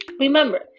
Remember